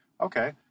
Okay